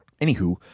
anywho